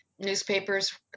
newspapers